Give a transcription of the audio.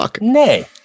nay